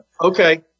okay